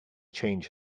change